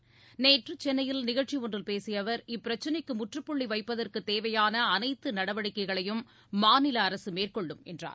பேசியஅவர் நேற்ற சென்னையில் நிகழ்ச்சிஒன்றில் இப்பிரச்சினைக்குமுற்றுப்புள்ளிவைப்பதற்குதேவையானஅனைத்துநடவடிக்கைகளையும் மாநிலஅரசுமேற்கொள்ளும் என்றார்